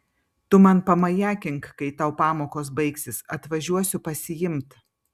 tu man pamajakink kai tau pamokos baigsis atvažiuosiu pasiimt